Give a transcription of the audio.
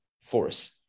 force